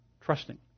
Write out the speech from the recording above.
trusting